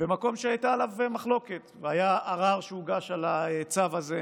במקום שהייתה עליו מחלוקת והיה ערר שהוגש על הצו הזה,